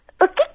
okay